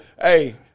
hey